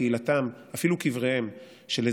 קהילתם ואפילו קבריהם